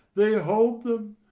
they hold them!